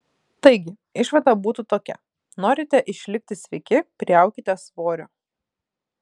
taigi išvada būtų tokia norite išlikti sveiki priaukite svorio